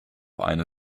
eine